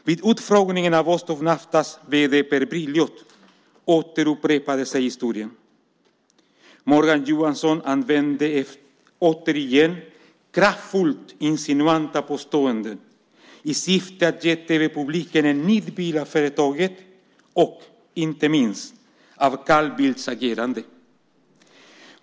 Vid utfrågningen av Vostok Naftas vd Per Brilioth återupprepade sig historien. Morgan Johansson använde återigen kraftfullt insinuanta påståenden i syfte att ge tv-publiken en nidbild av företaget och, inte minst, av Carl Bildts agerande.